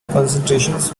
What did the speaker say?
concentrations